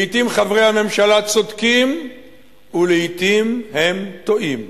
לעתים חברי הממשלה צודקים ולעתים הם טועים.